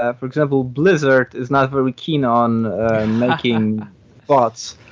ah for example, blizzard is not very keen on making bots.